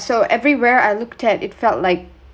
so everywhere I looked at it felt like